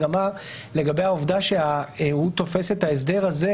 אמר לגבי העובדה שהוא תופס את ההסדר הזה,